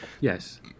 yes